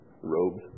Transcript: Robes